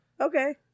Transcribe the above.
Okay